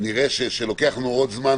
נראה שלוקח לנו עוד זמן,